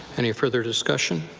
any further discussion?